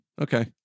Okay